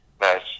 Nice